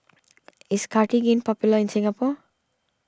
is Cartigain popular in Singapore